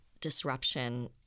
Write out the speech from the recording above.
disruption